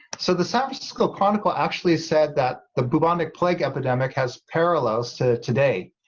so the san francisco chronicle actually said that the bubonic plague epidemic has parallels to today,